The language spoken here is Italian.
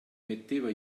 metteva